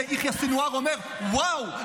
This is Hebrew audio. ויחיא סנוואר אומר: וואו,